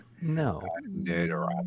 No